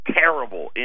terrible